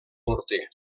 morter